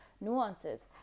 nuances